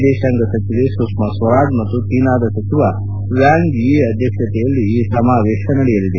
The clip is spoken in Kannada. ವಿದೇಶಾಂಗ ಸಚಿವೆ ಸುಷ್ಮಾ ಸ್ವರಾಜ್ ಮತ್ತು ಚೀನಾದ ಸಚಿವ ವ್ಯಾಂಗ್ ಯಿ ಅಧ್ಯಕ್ಷತೆಯಲ್ಲಿ ಈ ಸಮಾವೇಶ ನಡೆಯಲಿದೆ